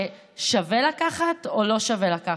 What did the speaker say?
ששווה לקחת או לא שווה לקחת?